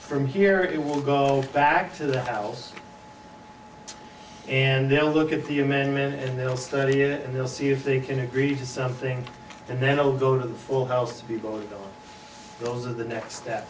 from here it will go back to the house and they'll look at the amendment and they'll study it and they'll see if they can agree to something and then i'll go to the full house people those are the next step